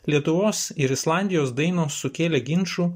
lietuvos ir islandijos dainos sukėlė ginčų